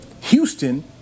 Houston